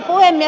puhemies